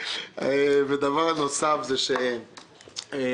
דבר נוסף זה שיש